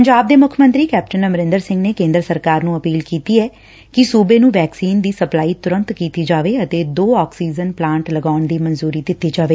ਪੰਜਾਬ ਦੇ ਮੁੱਖ ਮੰਤਰੀ ਕੈਪਟਨ ਅਮਰੰਦਰ ਸਿੰਘ ਨੇ ਕੇਂਦਰ ਸਰਕਾਰ ਨੁੰ ਅਪੀਲ ਕੀਤੀ ਏ ਕਿ ਸੁਬੇ ਨੁੰ ਵੈਕਸੀਨ ਦੀ ਸਪਲਾਈ ਤੁਰੰਤ ਕੀਤੀ ਜਾਵੇ ਅਤੇ ਦੋ ਆਕਸੀਜਨ ਪਲਾਂਟ ਲਗਾਉਣ ਦੀ ਮਨਜੁਰੀ ਦਿੱਤੀ ਜਾਵੇ